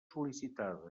sol·licitada